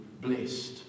blessed